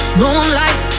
moonlight